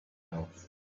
else